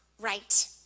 right